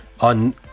on